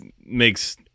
makes